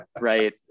Right